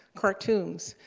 cartoons.